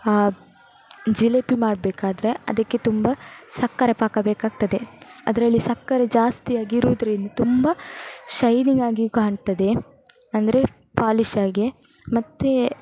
ಜಿಲೇಬಿ ಮಾಡಬೇಕಾದ್ರೆ ಅದಕ್ಕೆ ತುಂಬ ಸಕ್ಕರೆ ಪಾಕ ಬೇಕಾಗ್ತದೆ ಸ್ ಅದರಲ್ಲಿ ಸಕ್ಕರೆ ಜಾಸ್ತಿಯಾಗಿ ಇರೋದ್ರಿಂದ ತುಂಬ ಶೈನಿಂಗಾಗಿಯೂ ಕಾಣ್ತದೆ ಅಂದರೆ ಪಾಲಿಷಾಗೆ ಮತ್ತೆ